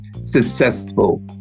successful